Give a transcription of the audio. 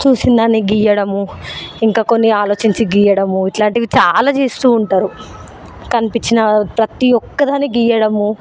చూసినదాన్ని గీయడము ఇంకా కొన్ని ఆలోచించి గీయడము ఇట్లాంటివి చాలా చేస్తూ ఉంటారు కనిపించిన ప్రతీ ఒక్కదాన్ని గీయడము